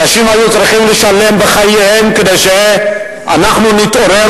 אנשים היו צריכים לשלם בחייהם כדי שאנחנו נתעורר